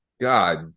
God